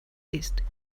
ist